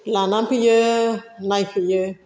लानानै फैयो नायफैयो